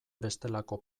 bestelako